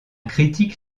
critique